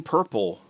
Purple